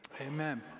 amen